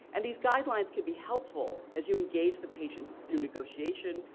and these guidelines could be helpful as you engage the patient through negotiation,